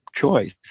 choice